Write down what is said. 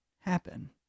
happen